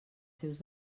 seus